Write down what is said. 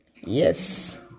Yes